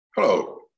Hello